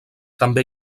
també